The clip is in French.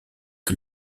que